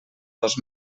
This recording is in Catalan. dos